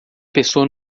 pessoa